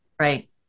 Right